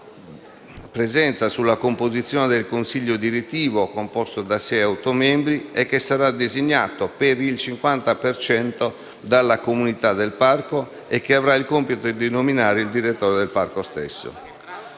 in essere per la composizione del consiglio direttivo, composto da sei a otto membri, che sarà designato per il 50 per cento dalla comunità del parco e avrà il compito di nominare il direttore del parco stesso.